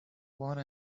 one